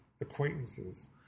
acquaintances